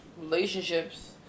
Relationships